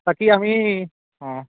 বাকী আমি অঁ